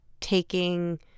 taking